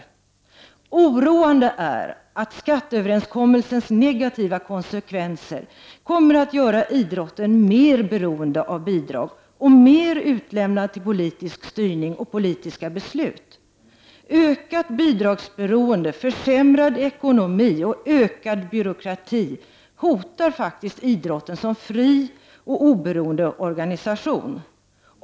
13 juni 1990 Oroande är att skatteöverenskommelsens negativa konsekvenser kommer att göra idrotten mer beroende av bidrag och mer utlämnad till politisk styrning och politiska beslut. Ökat bidragsberoende, försämrad ekonomi och ökad byråkrati hotar idrotten som fri och oberoende organisation.